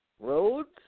Roads